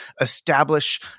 establish